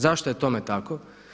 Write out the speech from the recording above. Zašto je tome tako?